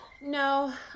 No